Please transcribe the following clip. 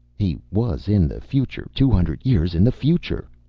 he was in the future, two hundred years in the future.